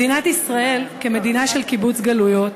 מדינת ישראל, כמדינה של קיבוץ גלויות,